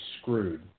screwed